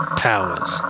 powers